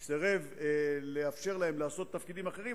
סירב לאפשר להם לעשות תפקידים אחרים,